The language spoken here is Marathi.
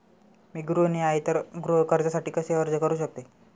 मी गृहिणी आहे तर गृह कर्जासाठी कसे अर्ज करू शकते?